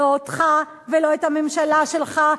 לא אותך ולא את הממשלה שלך,